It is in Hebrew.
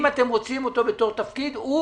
אם אתם רוצים אותו בתפקיד, תביאו את השם שלו.